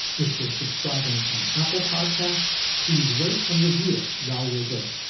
if you're subscribing on apple podcasts, please rate and review us while you're there.